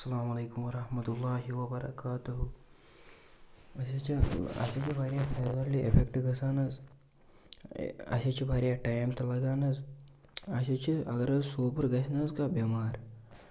اَلسَلامُ علیکُم وَرحمتُہ اللہِ وَبَرکاتُہوٗ اَسہِ حظ چھِ اَسہِ حظ چھِ واریاہ فیسلٹی اِیفیکٹ گژھان حظ اَسہِ حظ چھِ واریاہ ٹایِم تہِ لَگان حظ اَسہِ حظ چھِ اگر حظ سوپَُر گَژھِ نہٕ حظ کانٛہہ بٮ۪مار